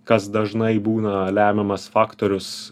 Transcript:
kas dažnai būna lemiamas faktorius